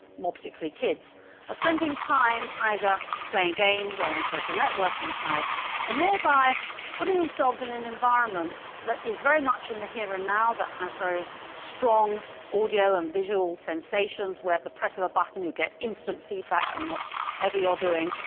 more particularly kids, are spending time either playing games or on social networking sites and thereby putting themselves in an environment that is very much in the here and now, that has very strong audio and visual sensations, where at the press of a button you get instant feedback from whatever you're doing.